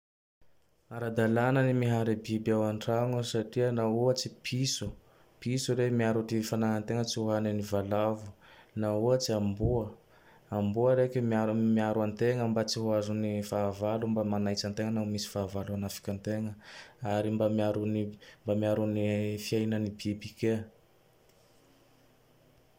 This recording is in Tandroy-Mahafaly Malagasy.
Ara-dalàna ny mihary biby ao an-tragno satria nao ohatsy Piso. Piso rehe miaro ty fanagnategna tsy ho anine Valavo. Nao ohatse Amboa. Amboa reke miaro miaro an-tegna mba tsy ho azon'ny fahavalo. Mba manaitsy ategna nao fa misy fahavalo manafiky ategna. Ary mba miaro ny, mba miaro ny fiainan'ny biby kea.